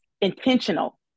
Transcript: Intentional